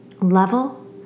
level